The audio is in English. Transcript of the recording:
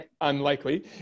unlikely